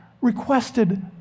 requested